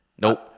Nope